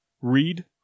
read